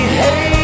hey